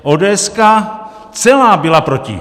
Ódéeska celá byla proti!